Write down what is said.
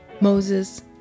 Moses